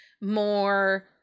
more